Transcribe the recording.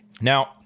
Now